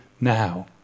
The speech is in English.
now